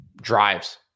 drives